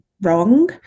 wrong